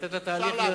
ולתת לתהליך,